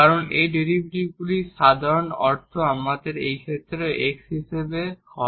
কারণ এই ডেরিভেটিভসগুলির সাধারণ অর্থ আমাদের এই ক্ষেত্রে x হিসাবে হয়